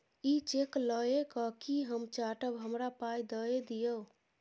इ चैक लए कय कि हम चाटब? हमरा पाइ दए दियौ